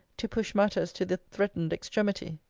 to push matters to the threatened extremity.